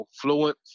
fluent